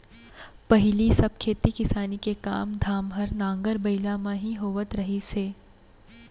पहिली सब खेती किसानी के काम धाम हर नांगर बइला म ही होवत रहिस हे